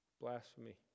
Blasphemy